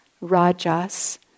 rajas